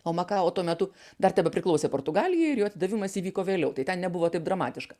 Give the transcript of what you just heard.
o makao tuo metu dar tebepriklausė portugalijai ir jo atidavimas įvyko vėliau tai ten nebuvo taip dramatiška